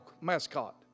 mascot